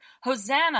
Hosanna